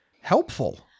helpful